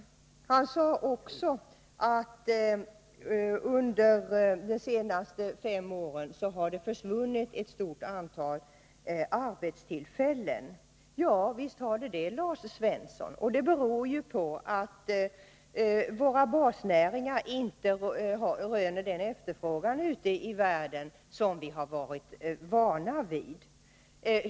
Vidare sade Lars Svensson att det under de senaste åren har försvunnit ett stort antal arbetstillfällen. Ja visst, Lars Svensson, och det beror på att våra basnäringar inte röner den efterfrågan ute i världen som vi har varit vana vid.